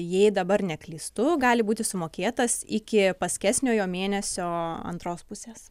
jei dabar neklystu gali būti sumokėtas iki paskesniojo mėnesio antros pusės